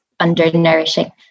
undernourishing